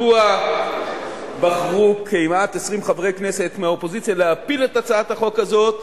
מדוע בחרו כמעט 20 חברי כנסת מהאופוזיציה להפיל את הצעת החוק הזאת,